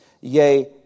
yea